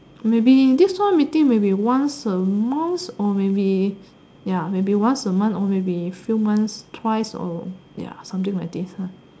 maybe this kind of meeting maybe once a month or maybe ya maybe once a month or maybe few months twice or ya something like this lah